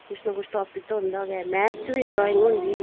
कुश नां कुश टापिक ते होंदा गै मैथ च बी डराइंग होंदी